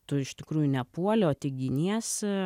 tu iš tikrųjų ne puoli o tik giniesi